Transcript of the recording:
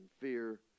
fear